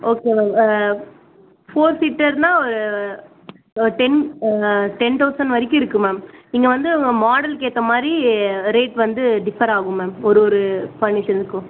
okay ma'am four சீட்டர்னால் ten ten thousand வரைக்கும் இருக்குது மேம் இங்கே வந்து மாடலுக்கு ஏற்ற மாதிரி ரேட் வந்து டிஃபர் ஆகும் மேம் ஒரு ஒரு ஃபர்னிச்சருக்கும்